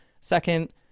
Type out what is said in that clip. Second